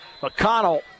McConnell